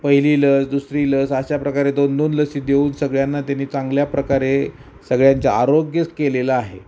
पहिली लस दुसरी लस अशा प्रकारे दोन दोन लसी देऊन सगळ्यांना त्यांनी चांगल्या प्रकारे सगळ्यांच्या आरोग्य केलेलं आहे